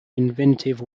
inventive